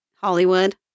Hollywood